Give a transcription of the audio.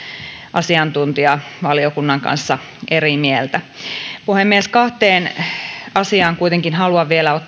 asiantuntijavaliokunnan kanssa eri mieltä puhemies kahteen asiaan kuitenkin haluan vielä